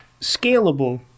scalable